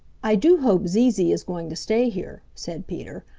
i do hope zee zee is going to stay here, said peter.